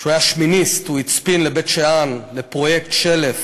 כשהוא היה שמיניסט הוא הצפין לבית-שאן לפרויקט של"פ,